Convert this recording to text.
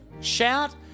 shout